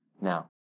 now